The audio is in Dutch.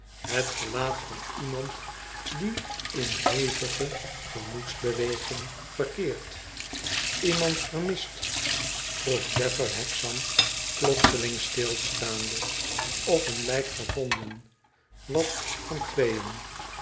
het gelaat van iemand die in hevige gemoedsbe weging verkeert iemand vermist vroeg gaffer hexam plotseling stilstaande of een lijk gevonden wat van tweën